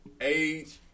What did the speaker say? age